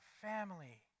family